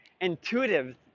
intuitive